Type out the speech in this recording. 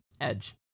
Edge